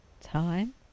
time